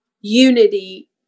unity